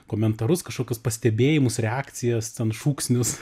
komentarus kažkokius pastebėjimus reakcijas ten šūksnius